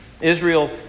Israel